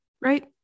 right